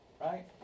Right